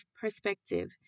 perspective